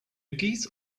geese